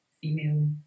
female